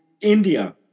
India